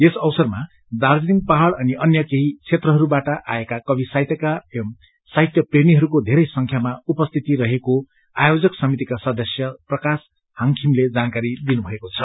यस अवसरमा दार्जीलिङ पहाड़ अनि अन्य केही क्षेत्रहरूबाट आएका कवि साहित्यकार एव साहित्य प्रेमीहरूको धेरै संख्यामा उपस्थिति रहेको आयोजक समितिका सदस्य प्रकाश हागखिमले जानकारी दिनु भएको छ